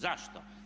Zašto?